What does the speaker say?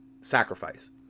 sacrifice